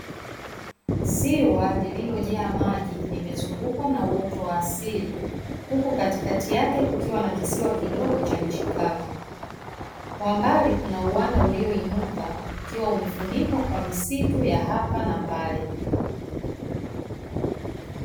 Ziwa lililojaa maji limezungukwa na uoto wa asili huku katikati yake kukiwa na kisiwa kidogo cha nchi kavu kwa mbali kuna uwanda ulioinuka ukiwa umefunikwa kwa misitu ya hapa na pale.